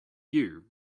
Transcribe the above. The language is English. you